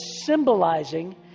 symbolizing